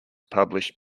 published